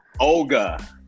Olga